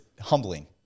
humbling